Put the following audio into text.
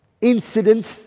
Incidents